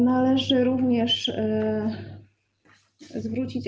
Należy również zwrócić.